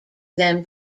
them